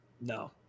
no